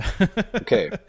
Okay